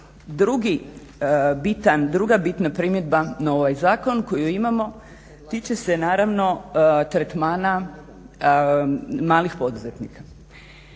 druga bitna primjedba na ovaj zakon koju imamo tiče se naravno tretmana malih poduzetnika.